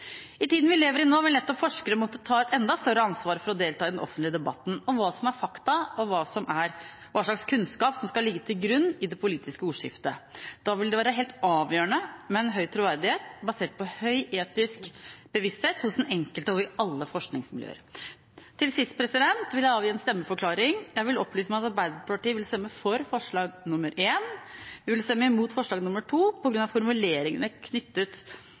I tida vi lever i nå, vil nettopp forskere måtte ta et enda større ansvar for å delta i den offentlige debatten om hva som er fakta, og hva slags kunnskap som skal ligge til grunn i det politiske ordskiftet. Da vil det være helt avgjørende med en høy troverdighet, basert på høy etisk bevissthet hos den enkelte og i alle forskningsmiljøer. Til slutt vil jeg avgi en stemmeforklaring. Jeg vil opplyse om at Arbeiderpartiet vil stemme for forslag nr. 1. Vi vil stemme imot forslag nr. 2, på grunn av formuleringene knyttet